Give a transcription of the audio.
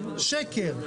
שקר.